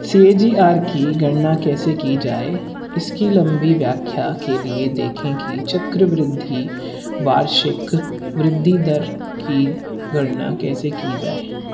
C A G R की गणना कैसे की जाए इसकी लंबी व्याख्या के लिए देखें कि चक्रवृद्धि वार्षिक वृद्धि दर की गणना कैसे की जाए